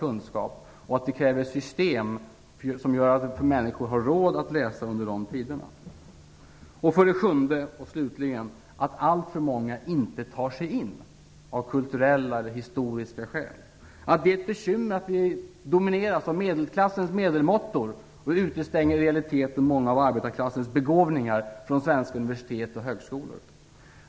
Härför krävs att vi har system som gör att människor får råd att studera under sådana förhållanden. För det sjunde och sista handlar det om att alltför många, av kulturella eller historiska skäl, inte tar sig in. Det är ett bekymmer att utbildningslinjerna domineras av medelklassens medelmåttor, som i realiteten utestänger många av arbetarklassens begåvningar från svenska universitet och högskolor.